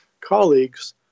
colleagues